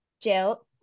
Jill